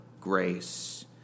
grace